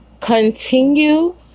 Continue